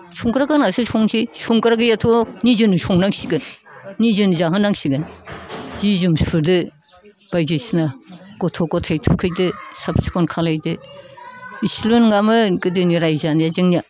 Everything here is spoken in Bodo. संग्रा गोनांसो संसै संग्रा गैयाथ' निजेनो संनांसिगोन निजेनो जाहोनांसिगोन जि जोम सुदो बायदिसिना गथ' गथाय थुखैदो साफ सिखन खालायदो एसेल' नङामोन गोदोनि रायजो जानाया जोंनिया